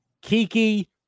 Kiki